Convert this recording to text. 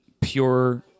pure